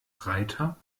reiter